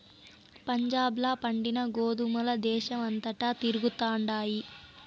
పంజాబ్ ల పండిన గోధుమల దేశమంతటా తిరుగుతండాయి